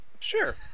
Sure